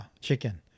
chicken